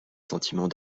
sentiment